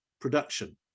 production